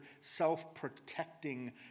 self-protecting